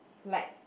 like